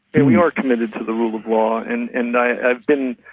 and we are committed to the rule of law, and and i. i've been.